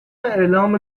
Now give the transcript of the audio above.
اعلام